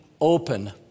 open